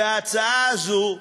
וההצעה הזאת,